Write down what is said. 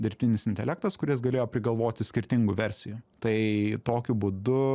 dirbtinis intelektas kuris galėjo prigalvoti skirtingų versijų tai tokiu būdu